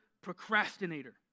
procrastinator